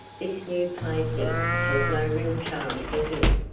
this new plaything has no real charm for him.